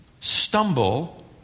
stumble